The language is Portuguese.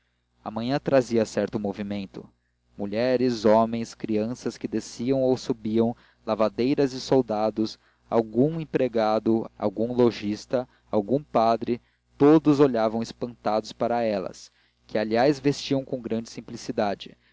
manhã trazia certo movimento mulheres homens crianças que desciam ou subiam lavadeiras e soldados algum empregado algum lojista algum padre todos olhavam espantados para elas que aliás vestiam com grande simplicidade